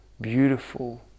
beautiful